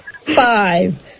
Five